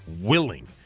willing